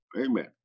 Amen